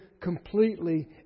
completely